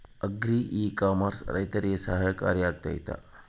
Agri e commerce ರೈತರಿಗೆ ಸಹಕಾರಿ ಆಗ್ತೈತಾ?